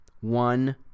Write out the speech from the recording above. One